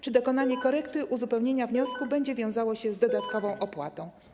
Czy dokonanie korekty, uzupełnienia wniosku będzie wiązało się z dodatkową opłatą?